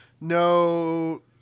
No